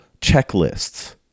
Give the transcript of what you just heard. checklists